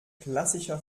klassischer